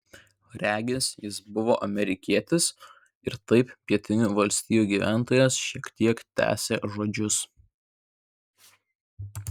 regis jis buvo amerikietis ir kaip pietinių valstijų gyventojas šiek tiek tęsė žodžius